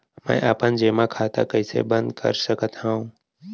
मै अपन जेमा खाता कइसे बन्द कर सकत हओं?